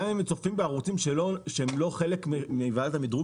גם אם הם צופים בערוצים שהם לא חלק מוועדת המדרוג,